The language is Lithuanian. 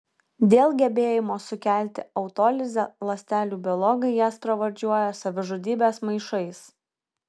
dėl gebėjimo sukelti autolizę ląstelių biologai jas pravardžiuoja savižudybės maišais